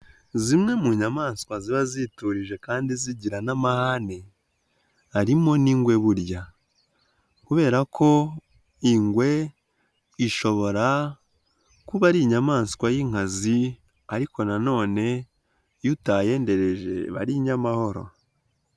Zimwe mu nyamaswa ziba ziturije kandi zigira n'amahane harimo n'ingwe burya kubera ko ingwe ishobora kuba ari inyamaswa y'inkazi ariko na none iyo utayendereje iba ari inyamahoro.